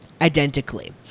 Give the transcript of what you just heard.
identically